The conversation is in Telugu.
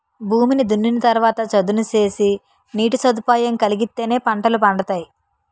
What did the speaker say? భూమిని దున్నిన తరవాత చదును సేసి నీటి సదుపాయం కలిగిత్తేనే పంటలు పండతాయి